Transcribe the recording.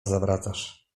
zawracasz